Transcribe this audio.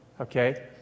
okay